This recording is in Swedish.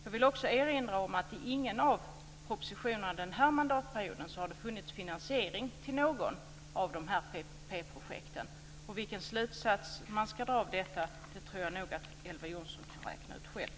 Jag vill också erinra om att det inte i någon av propositionerna under den här mandatperioden har funnits finansiering av något av PPP-projekten. Vilken slutsats man ska dra av detta tror jag nog att Elver Jonsson kan räkna ut själv.